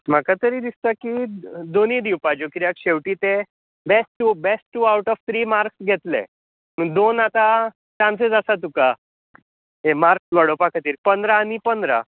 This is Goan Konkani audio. म्हाका तरी दिसता की दोनूय दिवपाच्यो कित्याक शेवटी ते best two best two out of three marks घेतले पूण दोन आतां चांसीज आसा तुकां हे मार्क वाडोवपा खातीर पंदरा आनी पंदरा